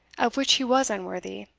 of which he was unworthy,